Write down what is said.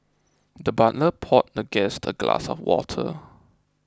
the butler poured the guest a glass of water